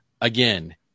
again